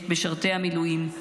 את משרתי המילואים,